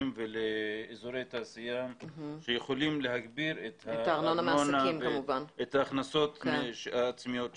ולאזורי תעשייה שיכולים להגדיל את הארנונה ואת ההכנסות העצמיות שלנו.